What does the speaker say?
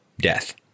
death